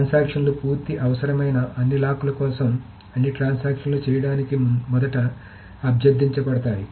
transaction లను పూర్తి అవసరమైన అన్ని లాక్ల కోసం అన్ని ట్రాన్సాక్షన్ లు చేయడానికి మొదట అభ్యర్థించబడతాయి